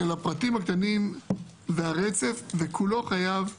הפרטים הקטנים והרצף וכולו חייב להתקיים,